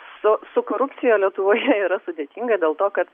su su korupcija lietuvoje yra sudėtinga dėl to kad